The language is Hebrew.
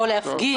או להפגין.